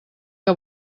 que